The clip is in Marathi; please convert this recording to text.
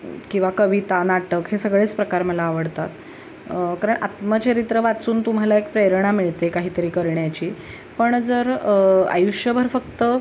किंवा कविता नाटक हे सगळेच प्रकार मला आवडतात कारण आत्मचरित्र वाचून तुम्हाला एक प्रेरणा मिळते काहीतरी करण्याची पण जर आयुष्यभर फक्त